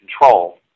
control